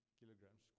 kilograms